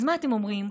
אז מה אתם אומרים?